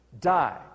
die